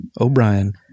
O'Brien